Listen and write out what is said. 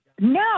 No